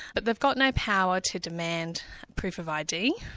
but they've got no power to demand proof of id.